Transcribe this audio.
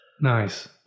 Nice